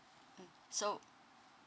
mm so